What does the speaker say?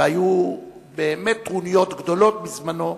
והיו באמת טרוניות גדולות בזמנן,